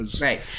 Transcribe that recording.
Right